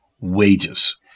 wages